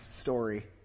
story